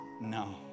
no